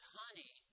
honey